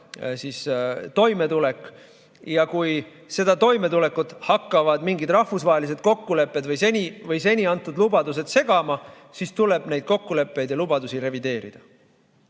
toimetulek. Ja kui seda toimetulekut hakkavad mingid rahvusvahelised kokkulepped või seni antud lubadused segama, siis tuleb neid kokkuleppeid ja lubadusi revideerida.